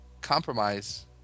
compromise